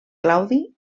claudi